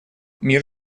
мир